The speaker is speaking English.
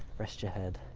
rest your head.